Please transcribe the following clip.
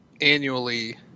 annually